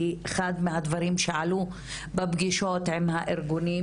כי אחד מהדברים שעלו בפגישות עם הארגונים,